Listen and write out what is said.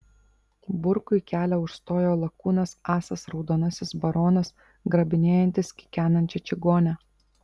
burkui kelią užstojo lakūnas asas raudonasis baronas grabinėjantis kikenančią čigonę